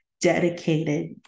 dedicated